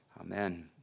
Amen